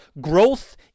Growth